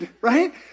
Right